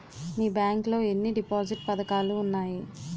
మీ bank లో ఎన్ని deposit పథకాలు ఉన్నాయి?